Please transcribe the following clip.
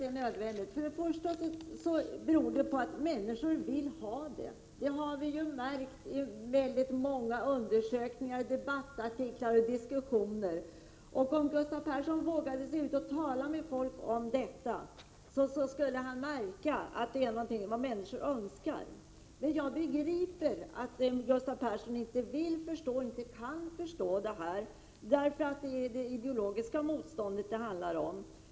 Det är nödvändigt med sådana alternativ, därför att människor vill ha dem. Det har vi ju märkt av väldigt många undersökningar, debattartiklar och diskussioner. Om Gustav Persson vågade sig ut och talade med folk om detta, skulle han märka att det är någonting som människor önskar. Men jag begriper att Gustav Persson inte vill förstå och inte kan förstå, därför att det är det ideologiska motståndet det handlar om.